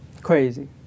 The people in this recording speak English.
Crazy